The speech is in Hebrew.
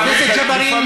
חבר הכנסת ג'בארין,